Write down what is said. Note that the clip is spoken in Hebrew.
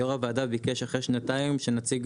יו"ר הוועדה ביקש אחרי שנתיים שנציג